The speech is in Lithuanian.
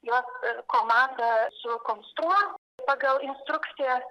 juos ir komanda sukonstruos pagal instrukcijas